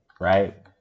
right